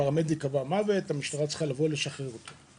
פרמדיק קובע מוות והמשטרה צריכה לבוא על מנת לשחרר את הגופה.